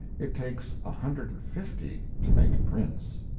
it takes a hundred and fifty to make a prince.